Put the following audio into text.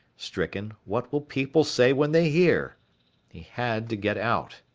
stricken, what will people say when they hear he had to get out.